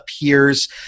appears